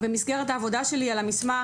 במסגרת העבודה שלי על המסמך,